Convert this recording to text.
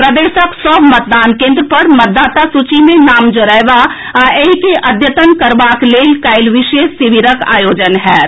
प्रदेशक सभ मतदान केन्द्र पर मतदाता सूची मे नाम जोड़एबा आ एहि के अद्यतन करबाक लेल काल्हि विशेष शिविरक आयोजन होएत